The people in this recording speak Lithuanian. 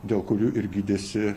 dėl kurių ir gydėsi